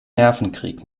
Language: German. nervenkrieg